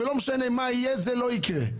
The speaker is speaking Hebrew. ולא משנה מה יהיה, זה לא יקרה.